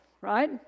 right